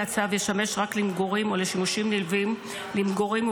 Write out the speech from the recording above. הצו ישמש רק למגורים או לשימושים נלווים למגורים,